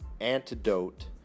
antidote